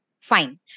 Fine